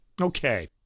Okay